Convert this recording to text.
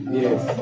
yes